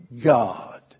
God